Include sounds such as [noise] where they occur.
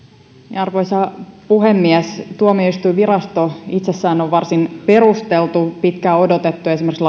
arvoisa puhemies tuomioistuinvirasto itsessään on varsin perusteltu pitkään odotettu esimerkiksi [unintelligible]